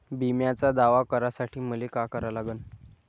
बिम्याचा दावा करा साठी मले का करा लागन?